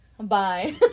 Bye